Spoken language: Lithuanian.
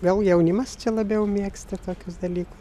gal jaunimas čia labiau mėgsta tokius dalykus